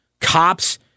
Cops